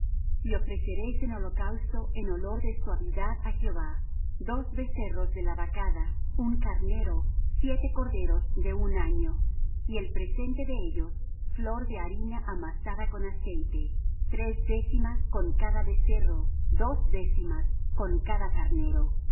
y ofreceréis en holocausto en olor de suavidad á jehová dos becerros de la vacada un carnero siete corderos de un año y el presente de ellos flor de harina amasada con aceite tres décimas con cada becerro dos décimas con cada carnero